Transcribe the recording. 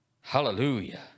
Hallelujah